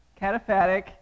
Cataphatic